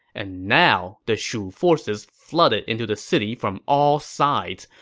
and now, the shu forces flooded into the city from all sides.